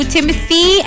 Timothy